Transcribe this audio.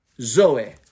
Zoe